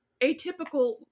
Atypical